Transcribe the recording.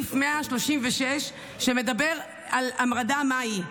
סעיף 136, שמדבר על המרדה מהי,